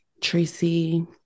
Tracy